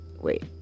Wait